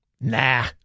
Nah